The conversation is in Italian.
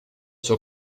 suo